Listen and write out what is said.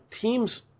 teams